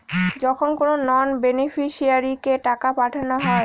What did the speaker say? যখন কোনো নন বেনিফিশিয়ারিকে টাকা পাঠানো হয়